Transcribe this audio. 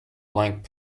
blank